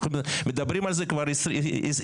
אנחנו מדברים על זה כבר 20 שנה.